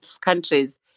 countries